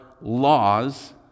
laws